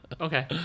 Okay